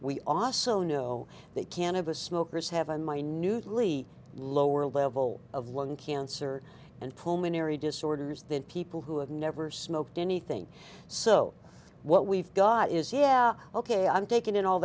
we also know that cannabis smokers have a minute lee lower level of lung cancer and pulmonary disorders than people who have never smoked anything so what we've got is yeah ok i'm taking in all